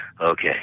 Okay